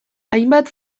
hainbat